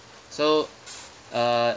so uh